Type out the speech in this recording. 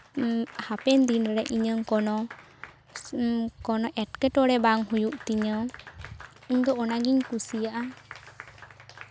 ᱦᱟᱯᱮᱱ ᱫᱤᱱᱨᱮ ᱤᱧᱟᱹᱝ ᱠᱚᱱᱚ ᱠᱚᱱᱚ ᱮᱴᱠᱮᱴᱚᱲᱮ ᱵᱟᱝ ᱦᱩᱭᱩᱜ ᱛᱤᱧᱟᱹ ᱤᱧ ᱫᱚ ᱚᱱᱟ ᱜᱤᱧ ᱠᱩᱥᱤᱭᱟᱜᱼᱟ